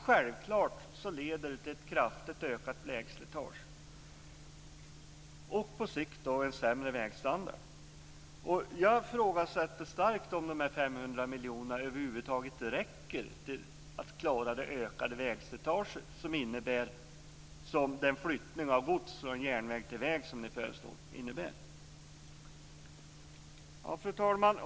Självklart leder det till ett kraftigt ökat vägslitage och på sikt en sämre vägstandard. Jag ifrågasätter starkt om dessa 500 miljoner kronor över huvud taget räcker för att klara det ökade vägslitage som den föreslagna överflyttningen av gods från järnväg till väg innebär. Fru talman!